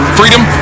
freedom